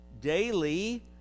daily